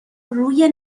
روی